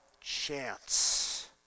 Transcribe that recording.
chance